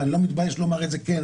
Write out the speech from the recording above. ואני לא מתבייש לומר את זה כן,